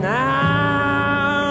now